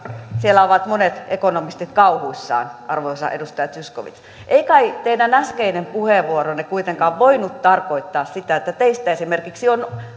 siellä ovat monet ekonomistit kauhuissaan arvoisa edustaja zyskowicz ei kai teidän äskeinen puheenvuoronne kuitenkaan voinut tarkoittaa sitä että teistä esimerkiksi on